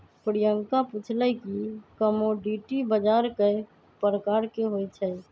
प्रियंका पूछलई कि कमोडीटी बजार कै परकार के होई छई?